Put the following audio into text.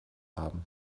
haben